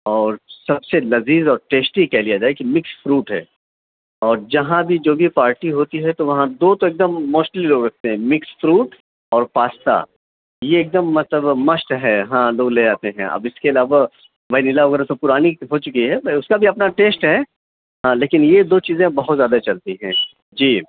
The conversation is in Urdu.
اور سب سے لذیذ اور ٹیسٹی کہہ لیا جائے کہ مکس فروٹ ہے اور جہاں بھی جو بھی پارٹی ہوتی ہے تو وہاں دو تو ایک دم موسٹلی لوگ رکھتے ہیں مکس فروٹ اور پاستا یہ ایک دم مطلب مسٹ ہے ہاں دو لے جاتے ہیں اب اِس کے علاوہ وینیلا وغیرہ سب پُرانی ہو چُکی ہیں پر اُس کا بھی اپنا ٹیسٹ ہے ہاں لیکن یہ دو چیزیں بہت زیادہ چلتی ہیں جی